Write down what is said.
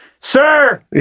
sir